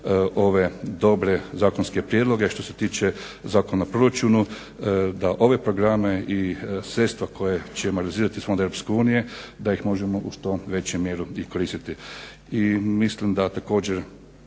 ove dobre zakonske prijedloge što se tiče Zakona o proračunu, da ove programe i sredstva koja ćemo realizirati iz fondova Europske unije da ih možemo u što većoj mjeri i koristiti. I mislim da također